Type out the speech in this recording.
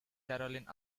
caroline